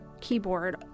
keyboard